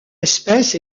espèce